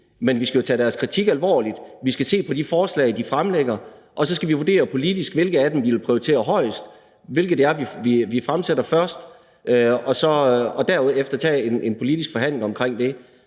men vi skal jo tage deres kritik alvorligt. Vi skal se på de forslag, de fremlægger, og så skal vi vurdere politisk, hvilke af dem vi vil prioritere højest, og hvilke af dem vi fremsætter først; derefter tager vi en politisk forhandling omkring det.